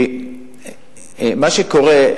מה שקורה,